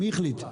מי החליט?